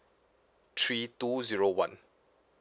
three two zero one